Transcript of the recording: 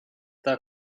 thou